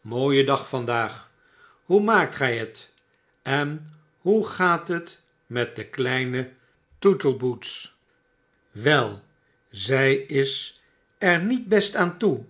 mooie dag vandaag hoe maakt gij het en hoe gaat het met de kleine tootleumboots wel zjj is er niet best aan toe